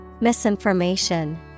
Misinformation